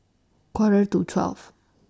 Quarter to twelve